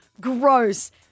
gross